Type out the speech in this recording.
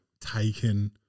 Taken